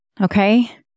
Okay